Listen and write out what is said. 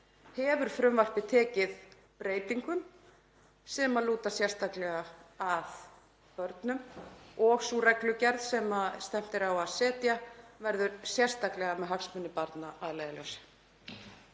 hefur frumvarpið tekið breytingum sem lúta sérstaklega að börnum og sú reglugerð sem stefnt er á að setja verður sérstaklega með hagsmuni barna að leiðarljósi.